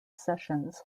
sessions